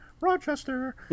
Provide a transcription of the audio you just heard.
Rochester